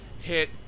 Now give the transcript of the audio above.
hit